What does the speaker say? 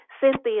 Cynthia